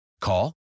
Call